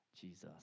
Jesus